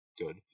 good